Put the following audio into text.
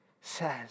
says